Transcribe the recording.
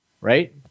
right